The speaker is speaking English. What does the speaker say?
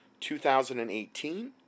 2018